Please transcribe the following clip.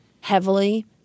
heavily